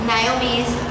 Naomi's